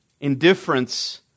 indifference